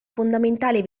fondamentale